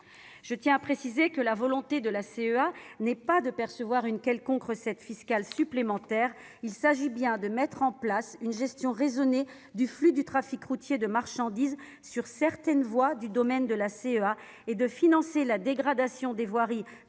Je tiens à préciser que la volonté de la CEA n'est pas de percevoir une quelconque recette fiscale supplémentaire. Il s'agit bien de mettre en place une gestion raisonnée du flux du trafic routier de marchandises sur certaines voies du domaine de la CEA, et de financer la dégradation des voiries causées